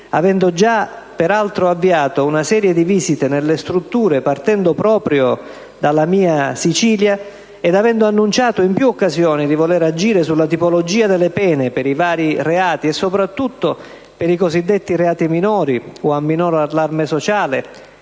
avendo già peraltro avviato una serie di visite nelle strutture, partendo proprio dalla mia Sicilia, ed avendo annunciato in più occasioni di voler agire sulla tipologia delle pene per i vari reati, e soprattutto per i cosiddetti reati minori o a minor allarme sociale,